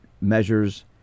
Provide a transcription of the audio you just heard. measures